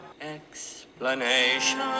explanation